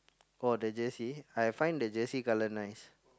oh the jersey I find the jersey colour nice